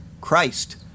Christ